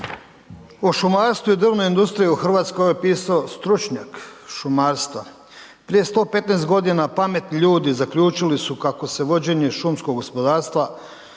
O šumarstvu i drvnoj industriji u Hrvatskoj je pisao stručnjak šumarstva, prije 115 g. pametni ljudi zaključili su kako za vođenje šumskog gospodarstva